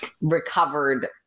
recovered